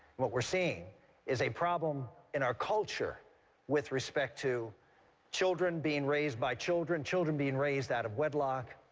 what we're seeing is a problem in our culture with respect to children being raised by children, children being raised out of wedlock,